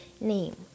name